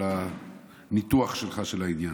על הניתוח שלך של העניין.